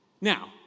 Now